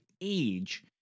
age